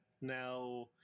now